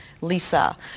Lisa